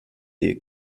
ihr